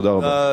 תודה רבה.